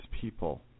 people